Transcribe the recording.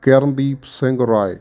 Kirandeep Singh Rai